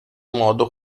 modo